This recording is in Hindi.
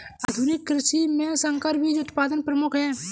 आधुनिक कृषि में संकर बीज उत्पादन प्रमुख है